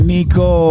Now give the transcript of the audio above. Nico